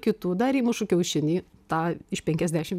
kitų dar įmušu kiaušinį tą iš penkiasdešim